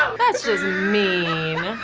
that's just mean.